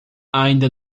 ainda